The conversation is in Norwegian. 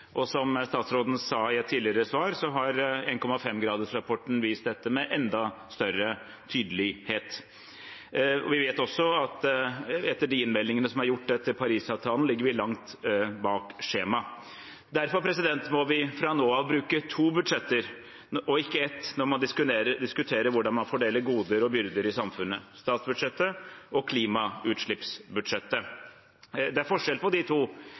Som statsråden sa i et tidligere svar, har 1,5-gradersrapporten vist dette med enda større tydelighet. Vi vet også at etter de innmeldingene som er gjort etter Parisavtalen, ligger vi langt bak skjemaet. Derfor må vi fra nå av bruke to budsjetter, og ikke ett, når vi diskuterer hvordan vi fordeler goder og byrder i samfunnet: statsbudsjettet og klimautslippsbudsjettet. Det er forskjell på de to.